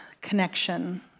connection